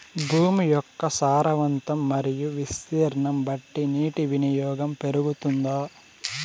భూమి యొక్క సారవంతం మరియు విస్తీర్ణం బట్టి నీటి వినియోగం పెరుగుతుందా?